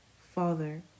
Father